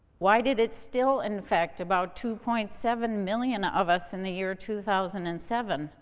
why did it still infect about two point seven million of us in the year two thousand and seven,